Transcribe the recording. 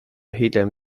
hiljem